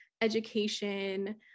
education